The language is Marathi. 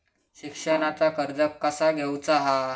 शिक्षणाचा कर्ज कसा घेऊचा हा?